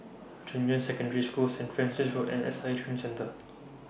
Junyuan Secondary School Saint Francis Road and S I A Training Centre